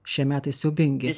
šie metai siaubingi